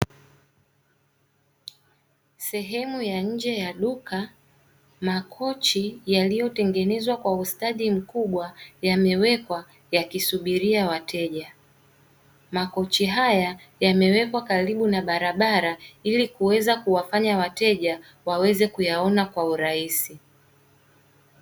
Sehemu ya nje ya duka makochi yaliyotengenezwa kwa ustadi mkubwa yamewekwa yakisubiria wateja. Makochi haya yamewekwa karibu na barabara ili kuweza kuwafanya wateja waweze kuyaona kwa urahisi.